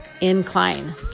incline